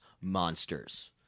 monsters